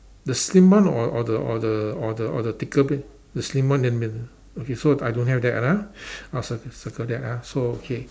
the slim one or or the or the or the or the thicker plane the slim one in the middle okay so I don't have that ah I'll circle circle that ah so okay